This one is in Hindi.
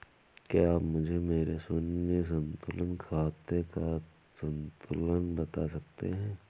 क्या आप मुझे मेरे शून्य संतुलन खाते का संतुलन बता सकते हैं?